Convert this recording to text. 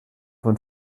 von